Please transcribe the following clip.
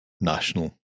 national